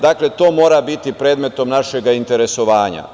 Dakle, to mora biti predmet našeg interesovanja.